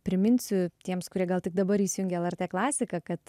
priminsiu tiems kurie gal tik dabar įsijungė lrt klasiką kad